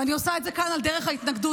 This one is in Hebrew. ואני עושה את זה כאן על דרך ההתנגדות.